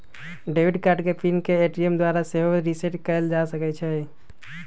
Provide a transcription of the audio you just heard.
debit card के pin के ATM द्वारा सेहो रीसेट कएल जा सकै छइ